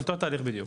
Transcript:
אותו תהליך בדיוק.